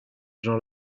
gens